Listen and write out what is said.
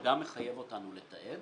שגם מחייב אותנו לתעד